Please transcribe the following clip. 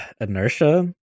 inertia